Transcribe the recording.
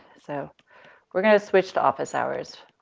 so we're gonna switch to office hours.